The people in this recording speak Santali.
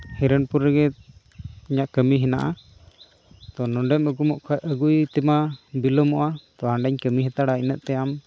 ᱦᱤᱨᱚᱱᱯᱩᱨ ᱨᱮᱜᱮ ᱤᱧᱟᱹᱜ ᱠᱟᱹᱢᱤ ᱦᱮᱱᱟᱜᱼᱟ ᱛᱳ ᱱᱚᱰᱮᱢ ᱟᱹᱜᱩ ᱠᱷᱟᱡ ᱟᱹᱜᱩᱭᱮ ᱛᱮᱢᱟ ᱵᱤᱞᱚᱢᱚᱜᱼᱟ ᱛᱳ ᱦᱟᱰᱮᱧ ᱠᱟᱹᱢᱤ ᱦᱟᱛᱟᱲᱟ ᱤᱱᱟᱹᱜ ᱛᱮ ᱟᱢ